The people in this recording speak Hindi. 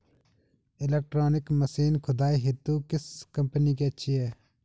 इलेक्ट्रॉनिक मशीन खुदाई हेतु किस कंपनी की अच्छी है?